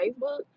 Facebook